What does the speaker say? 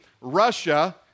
Russia